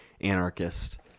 anarchist